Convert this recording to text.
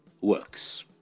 works